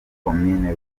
komini